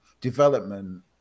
development